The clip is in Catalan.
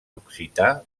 occità